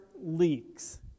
leaks